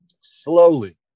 slowly